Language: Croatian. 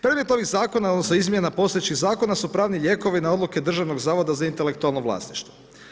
Predmet ovih zakona, odnosno izmjena postojećih zakona su pravni lijekovi na odluke Državnog zavoda za intelektualno vlasništvo.